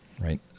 Right